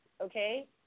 Okay